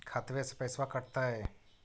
खतबे से पैसबा कटतय?